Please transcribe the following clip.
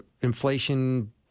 inflation